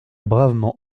bravement